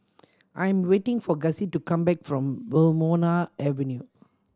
I am waiting for Gussie to come back from Wilmonar Avenue